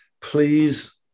please